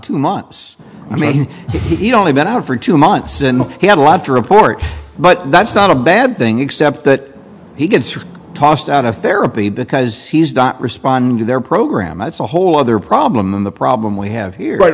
two months i mean he's only been out for two months and he had a lot to report but that's not a bad thing except that he gets tossed out of therapy because he's not responding to their program that's a well other problem the problem we have here right